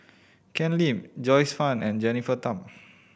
Ken Lim Joyce Fan and Jennifer Tham